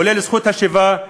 כולל זכות השיבה,